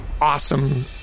awesome